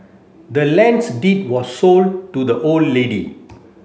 the land's deed was sold to the old lady